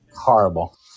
Horrible